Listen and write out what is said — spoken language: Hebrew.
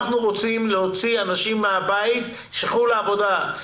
אנחנו רוצים להוציא אנשים מהבית כדי שיצאו לעבודה.